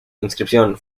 inscripción